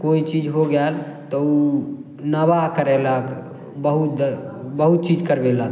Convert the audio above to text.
कोइ चीज हो गेल तऽ ओ नवाह करैलक बहुत चीज करबेलक